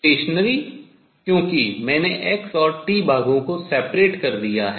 अप्रगामी क्योंकि मैंने x और t भागों को seprate अलग कर दिया है